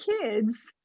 kids